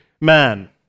man